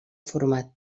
format